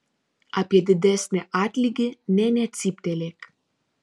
apie didesnį atlygį nė necyptelėk